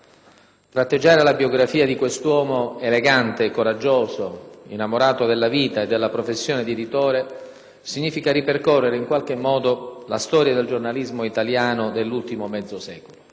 Tratteggiare la biografia di quest'uomo, elegante e coraggioso, innamorato della vita e della professione di editore, significa ripercorrere, in qualche modo, la storia del giornalismo italiano dell'ultimo mezzo secolo.